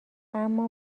اما